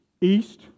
East